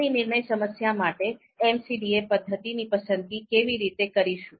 આપણી નિર્ણય સમસ્યા માટે MCDA પદ્ધતિની પસંદગી કેવી રીતે કરીશું